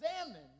examine